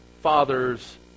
father's